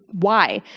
why?